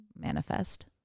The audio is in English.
manifest